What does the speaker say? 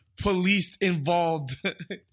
police-involved